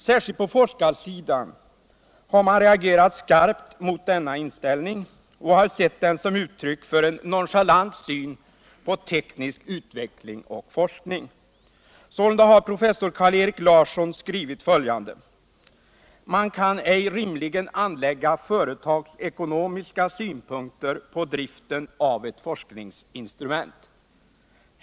Särskilt på forskarsidan har man reagerat skarpt mot denna inställning och sett den som en nonchalant syn på teknisk utveckling och forskning. Sålunda har professor Karl-Erik Larsson skrivit följande: ”Man kan cj rimligen anlägga företagsekonomiska synpunkter på driften av ett forskningsinstru ment.